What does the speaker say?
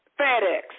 FedEx